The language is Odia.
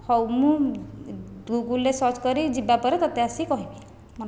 ହଉ ମୁଁ ଗୁଗୁଲ୍ରେ ସର୍ଚ୍ଚ୍ କରି ଯିବା ପରେ ତୋତେ ଆସି କହିବି